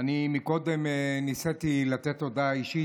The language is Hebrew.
קודם אני ניסיתי לתת הודעה אישית.